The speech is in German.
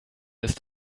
ist